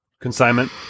Consignment